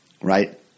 right